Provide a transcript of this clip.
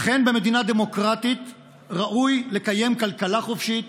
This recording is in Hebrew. אכן, במדינה דמוקרטית ראוי לקיים כלכלה חופשית,